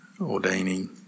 ordaining